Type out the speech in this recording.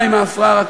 הרי